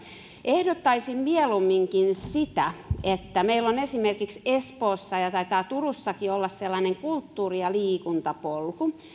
ehdottaisin mieluumminkin sitä kun esimerkiksi meillä espoossa on ja taitaa turussakin olla sellainen kulttuuri ja liikuntapolkua